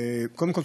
קודם כול,